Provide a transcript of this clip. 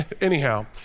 Anyhow